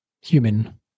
human